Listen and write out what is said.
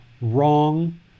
wrong